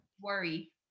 worry